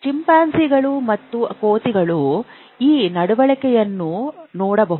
ಚಿಂಪಾಂಜಿಗಳು ಮತ್ತು ಕೋತಿಗಳಲ್ಲಿ ಈ ನಡವಳಿಕೆಯನ್ನು ನೋಡಬಹುದು